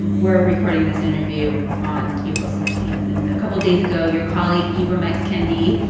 and we're recording this interview on april sixteen. and a couple days ago, your colleague ibram x. kendi,